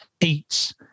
eats